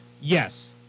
yes